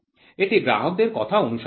এটি গ্রাহকদের কথা অনুসারে হয়